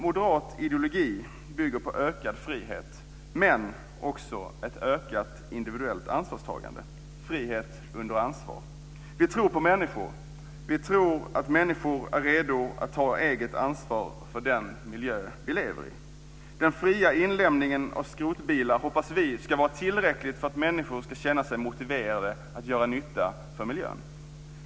Moderat ideologi bygger på ökad frihet, men också på ett ökat individuellt ansvarstagande - frihet under ansvar. Vi tror på människor. Vi tror att människor är redo att ta eget ansvar för den miljö vi lever i. Vi hoppas att den fria inlämningen av skrotbilar ska vara tillräckligt för att människor ska känna sig motiverade att göra nytta för miljön.